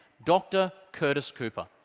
dr. curtis cooper,